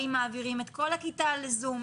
האם מעבירים את כל הכיתה לזום?